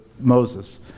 Moses